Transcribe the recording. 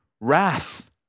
wrath